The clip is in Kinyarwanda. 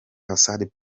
assad